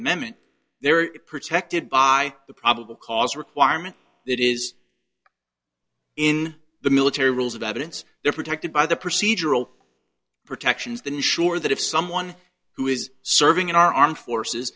amendment they're protected by the probable cause requirement that is in the military rules of evidence they're protected by the procedural protections than sure that if someone who is serving in our armed forces